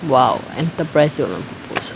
!wow! enterprise you know